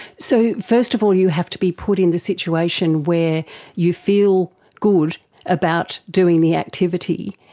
so first of all you have to be put in the situation where you feel good about doing the activity,